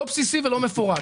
לא בסיסי ולא מפורט,